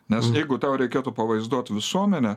nes jeigu tau reikėtų pavaizduot visuomenę